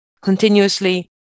continuously